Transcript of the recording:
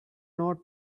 note